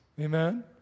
Amen